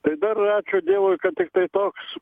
tai dar ačiū dievui kad tiktai toks